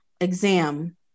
exam